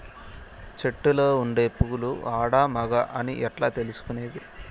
చెట్టులో ఉండే పూలు ఆడ, మగ అని ఎట్లా తెలుసుకునేది?